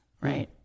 right